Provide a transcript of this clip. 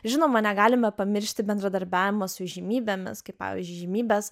žinoma negalime pamiršti bendradarbiavimo su įžymybėmis kaip pavyzdžiui įžymybės